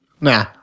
Nah